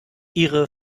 ihre